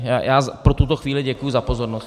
Já pro tuto chvíli děkuji za pozornost.